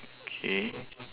okay